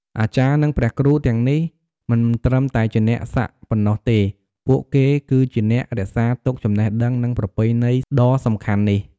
អាចារ្យ និងព្រះគ្រូទាំងនេះមិនត្រឹមតែជាអ្នកសាក់ប៉ុណ្ណោះទេ ពួកគេគឺជាអ្នករក្សាទុកចំណេះដឹង និងប្រពៃណីដ៏សំខាន់នេះ។